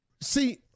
See